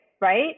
Right